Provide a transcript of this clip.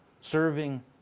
serving